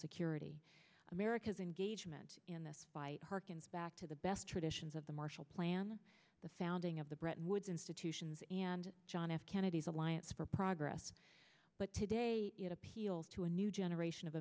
security america's engagement in this fight harkens back to the best traditions of the marshall plan the founding of the bretton woods institutions and john f kennedy's alliance for progress but today it appeals to a new generation of